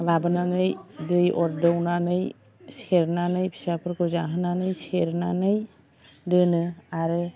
लाबोनानै दै अरदौनानै सेरनानै फिसाफोरखौ जाहोनानै सेरनानै दोनो आरो